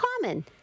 common